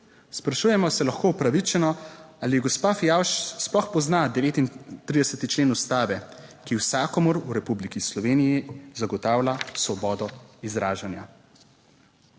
Sprašujemo se lahko upravičeno, ali gospa Fijavž sploh pozna 39. člen Ustave, ki vsakomur v Republiki Sloveniji zagotavlja svobodo izražanja.